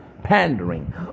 pandering